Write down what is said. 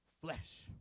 flesh